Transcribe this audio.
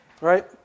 Right